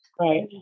Right